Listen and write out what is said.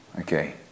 Okay